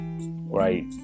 right